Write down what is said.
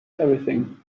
everything